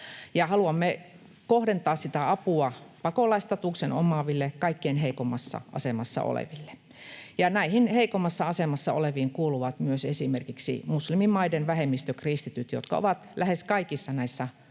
Haluamme kohdentaa sitä apua pakolaisstatuksen omaaville kaikkein heikoimmassa asemassa oleville, ja näihin heikoimmassa asemassa oleviin kuuluvat myös esimerkiksi muslimimaiden vähemmistökristityt, jotka ovat lähes kaikissa näissä maissa